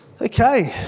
Okay